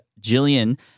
Jillian